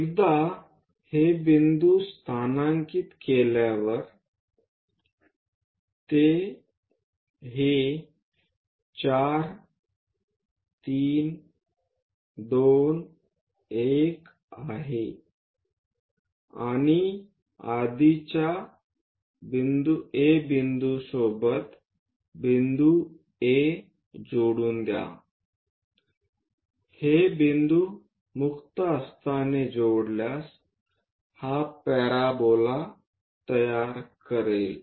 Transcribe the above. एकदा हे बिंदू स्थानांकित केल्यावर ते हे 4 3 2 1 आहे आणि आधीच्या A बिंदूसोबत बिंदू A जोडून द्या हे बिंदू मुक्त हस्ताने जोडल्यास हा पॅरोबोला तयार करेल